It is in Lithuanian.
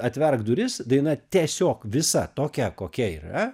atverk duris daina tiesiog visa tokia kokia yra